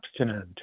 abstinent